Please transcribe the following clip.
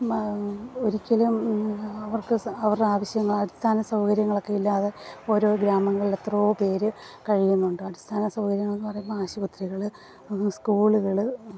ഒരിക്കലും അവർക്ക് അവരുടെ ആവശ്യങ്ങളടിസ്ഥാന സൗകര്യങ്ങളൊക്കെ ഇല്ലാതെ ഓരോ ഗ്രാമങ്ങളിലെത്രയോ പേര് കഴിയുന്നുണ്ട് അടിസ്ഥാന സൗകര്യങ്ങളെന്ന് പറയുമ്പോള് ആശുപത്രികള് സ്കൂളുകള്